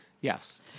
yes